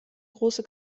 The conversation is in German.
große